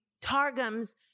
targums